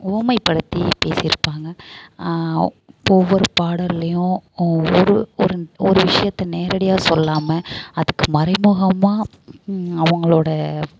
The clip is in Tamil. உவமைப்படுத்தி பேசியிருப்பாங்க ஒவ்வொரு பாடல்லையும் ஒரு ஒரு ஒரு விஷயத்த நேரடியாக சொல்லாமல் அதுக்கு மறைமுகமாக அவங்களோட